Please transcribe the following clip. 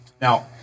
Now